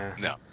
No